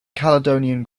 caledonian